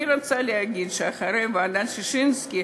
אני רוצה לומר שאחרי ועדת ששינסקי,